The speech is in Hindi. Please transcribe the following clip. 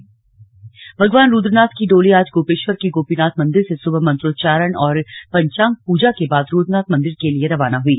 स्लग रुद्रनाथ डोली भगवान रुद्रनाथ की डोली आज गोपेश्वर के गोपीनाथ मंदिर से सुबह मंत्रोच्चारण और पंचांग पूजा के बाद रुद्रनाथ मंदिर के लिए रवाना हुई